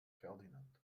ferdinand